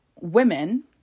women